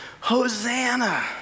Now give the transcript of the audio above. Hosanna